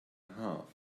half